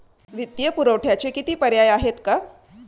वित्तीय पुरवठ्याचे किती पर्याय आहेत का?